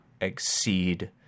exceed